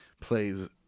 plays